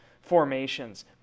formations